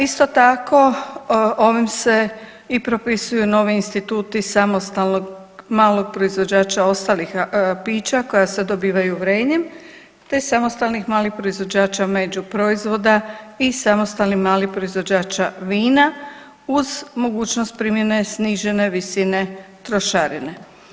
Isto tako, ovim se i propisuju novi instituti samostalnog malog proizvođača ostalih pića koja se dobivaju vrenjem, te samostalnih malih proizvođača među proizvoda i samostalnih malih proizvođača vina uz mogućnost primjene snižene visine trošarine.